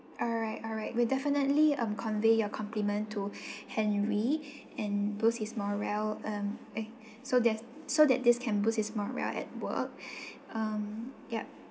alright alright we'll definitely um convey your compliment to henry and boost his morale um eh so that's so that this can boost his morale at work um yup